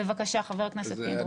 בבקשה, חבר הכנסת פינדרוס.